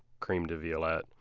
creme de violette.